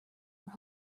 were